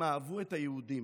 הם אהבו את היהודים,